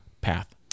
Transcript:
path